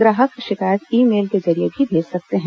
ग्राहक शिकायत email के जरिए भी भेज सकते हैं